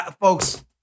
Folks